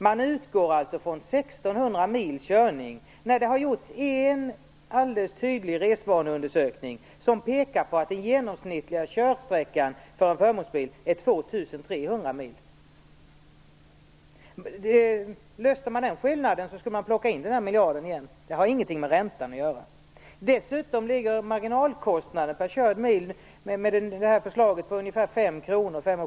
Man utgår från 1 600 mils körning. Men det har gjorts en tydlig resvaneundersökning som pekar på att den genomsnittliga körsträckan för förmånsbilar är 2 300 mil. Om man kunde komma till rätta med den skillnaden skulle man kunna plocka in den miljarden igen. Det har ingenting med räntan att göra. Dessutom ligger marginalkostnaden per körd mil på ca 5 kr.